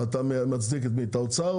ואתה מצדיק את האוצר?